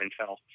intel